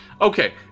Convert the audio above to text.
Okay